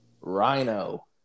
Rhino